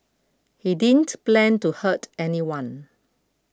he didn't plan to hurt anyone